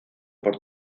por